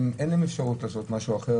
אין להם אפשרות לעשות משהו אחר,